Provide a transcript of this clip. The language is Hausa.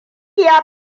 ya